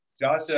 Josh